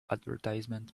advertisement